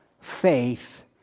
faith